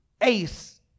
ace